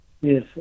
Yes